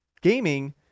gaming